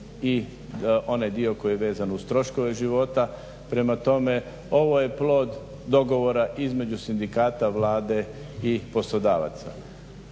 i onaj dio koji je vezan uz troškove života, prema tome ovo je plod dogovora između sindikata, Vlade i poslodavaca.